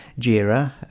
Jira